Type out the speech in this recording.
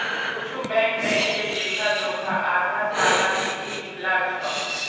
कुछु बैंक बैंकेर लेखा जोखा आधा सालत भी निकला छ